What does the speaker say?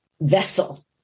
vessel